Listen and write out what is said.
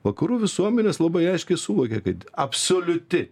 vakarų visuomenės labai aiškiai suvokė kad absoliuti